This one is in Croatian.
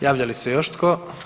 Javlja li se još tko?